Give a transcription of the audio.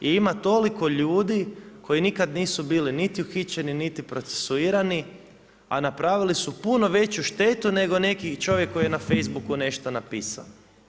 I ima toliko ljudi koji nikad nisu bili niti uhićeni, niti procesuirani, a napravili su puno veću štetu nego neki čovjek koji je na Facebooku nešto napisao.